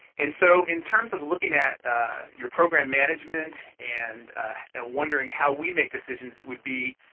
and so in terms of looking at your program management and and wondering how we make decisions, it would be,